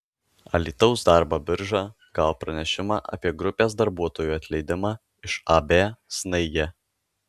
alytaus darbo birža gavo pranešimą apie grupės darbuotojų atleidimą iš ab snaigė